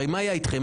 הרי מה היה אתכם,